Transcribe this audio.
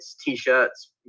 t-shirts